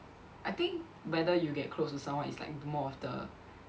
I think whether you get close to someone is like more of the